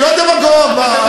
לא דמגוג.